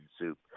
soup